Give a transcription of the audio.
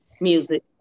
Music